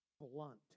blunt